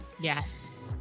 Yes